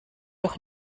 doch